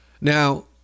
Now